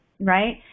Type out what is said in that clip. right